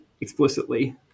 explicitly